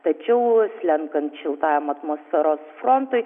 tačiau slenkant šiltajam atmosferos frontui